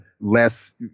less